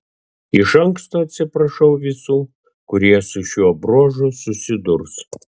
iš anksto atsiprašau visų kurie su šiuo bruožu susidurs